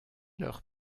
leurs